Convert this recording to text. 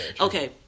Okay